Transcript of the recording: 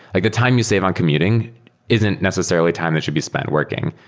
like the time you save on commuting isn't necessarily time that should be spent working.